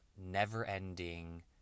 never-ending